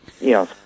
Yes